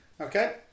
Okay